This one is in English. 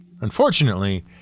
Unfortunately